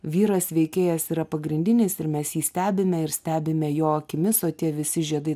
vyras veikėjas yra pagrindinis ir mes jį stebime ir stebime jo akimis o tie visi žiedai